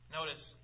Notice